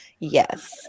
Yes